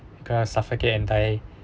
going to suffocate and die